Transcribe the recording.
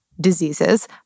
diseases